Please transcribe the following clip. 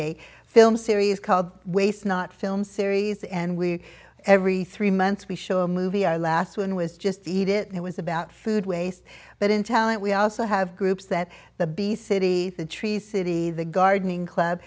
a film series called waste not film series and we every three months we show a movie our last one was just eat it was about food waste but in talent we also have groups that the bees city the tree city the gardening club